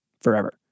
forever